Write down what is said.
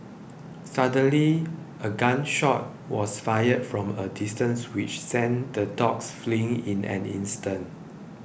suddenly a gun shot was fired from a distance which sent the dogs fleeing in an instant